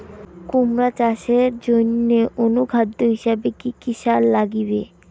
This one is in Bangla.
কুমড়া চাষের জইন্যে অনুখাদ্য হিসাবে কি কি সার লাগিবে?